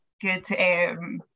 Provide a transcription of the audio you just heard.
Good